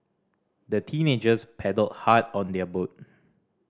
the teenagers paddled hard on their boat